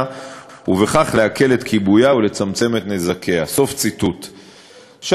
ובכך להקל את כיבויה ולצמצם את נזקיה." עכשיו,